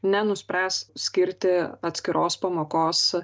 nenuspręs skirti atskiros pamokos